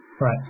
Right